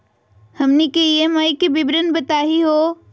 हमनी के ई.एम.आई के विवरण बताही हो?